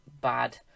bad